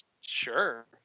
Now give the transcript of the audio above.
Sure